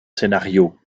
scénario